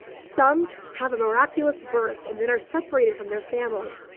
some have a miraculous birth and then are separated from their family.